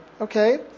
okay